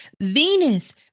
Venus